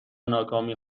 ناکامی